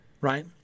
right